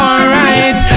Alright